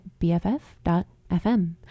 BFF.fm